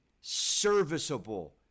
serviceable